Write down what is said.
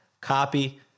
Copy